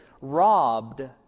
Robbed